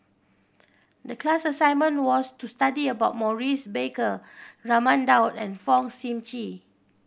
the class assignment was to study about Maurice Baker Raman Daud and Fong Sip Chee